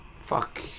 Fuck